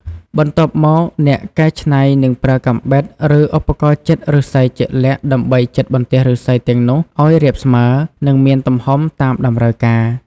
បន្ទាប់មក អ្នកកែច្នៃនឹងប្រើកាំបិត ឬឧបករណ៍ចិតឫស្សីជាក់លាក់ដើម្បីចិតបន្ទះឫស្សីទាំងនោះឲ្យរាបស្មើ និងមានទំហំតាមតម្រូវការ។